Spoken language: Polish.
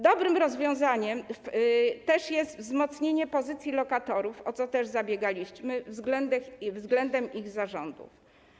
Dobrym rozwiązaniem jest też wzmocnienie pozycji lokatorów, o co też zabiegaliśmy, względem ich zarządów.